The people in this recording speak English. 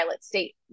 state